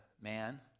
man